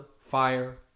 fire